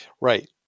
Right